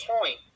point